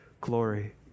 glory